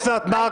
אוסנת מארק,